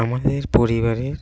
আমাদের পরিবারের